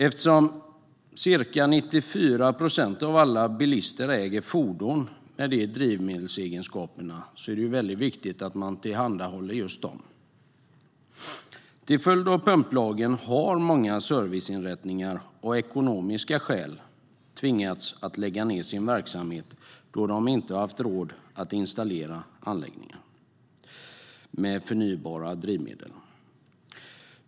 Eftersom ca 94 procent av alla bilister äger fordon med motsvarande drivmedelsegenskaper är det väldigt viktigt att man tillhandahåller just bensin och diesel. Till följd av pumplagen har många serviceinrättningar av ekonomiska skäl tvingats lägga ned sin verksamhet, då de inte haft råd att installera anläggningar med förnybara drivmedel.